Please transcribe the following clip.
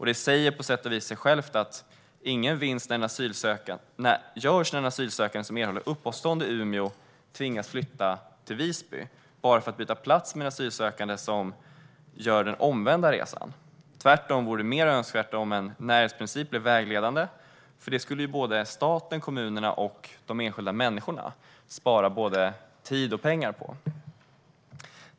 Det säger på sätt och vis sig självt att ingen vinst görs när en asylsökande som erhåller uppehållstillstånd i Umeå tvingas att flytta till Visby bara för att byta plats med en asylsökande som gör den omvända resan. Tvärtom vore det mer önskvärt om en närhetsprincip blev vägledande, för det skulle såväl staten som kommunerna och de enskilda människorna spara både tid och pengar på.